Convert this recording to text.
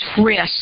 risk